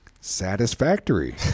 Satisfactory